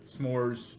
s'mores